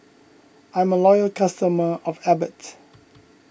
I'm a loyal customer of Abbott